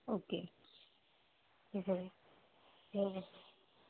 okay